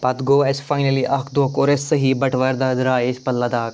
پتہٕ گوٚو اسہِ فاینَلی اَکھ دۄہ کوٚر اسہِ صحیٖح بَٹہٕ وارِ دۄہ درٛایہِ أسۍ پتہٕ لداخ